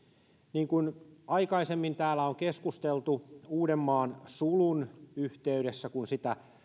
niin kuin aikaisemmin täällä on keskusteltu uudenmaan sulun yhteydessä kun sitä